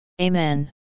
Amen